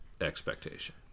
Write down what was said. expectation